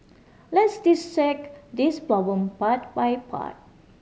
let's dissect this problem part by part